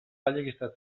galleguista